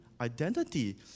identity